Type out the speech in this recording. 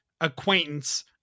acquaintance